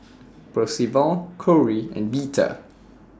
Percival Cori and Veta